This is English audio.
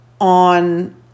on